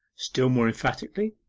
still more emphatically,